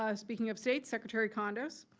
ah speaking of states, secretary condos.